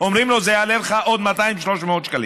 אומרים לו: זה יעלה לך עוד 300-200 שקלים.